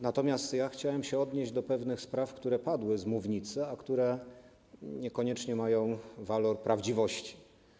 Natomiast chciałbym się odnieść do pewnych spraw, które padły z mównicy i które niekoniecznie mają walor prawdziwości.